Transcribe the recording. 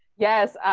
yes,